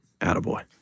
Attaboy